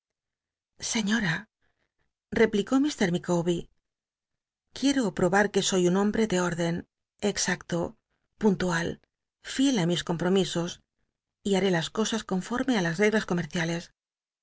señora replicó mt micawbcr qu iero probat que soy un hombl'e de órden exacto puntual fiel t mis compromisos y haré las cosas conforme las reglas comerciales